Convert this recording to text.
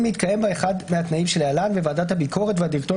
אם מתקיים בה אחד מהתנאים שלהלן וועדת הביקורת והדירקטוריון